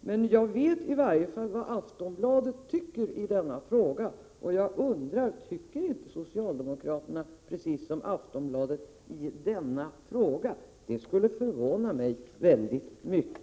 Men jag vet i varje fall vad Aftonbladet tycker i denna fråga, och jag undrar: Tycker inte socialdemokraterna precis som Aftonbladet i denna fråga? Det skulle annars förvåna mig väldeliga.